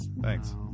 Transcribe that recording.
Thanks